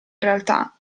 realtà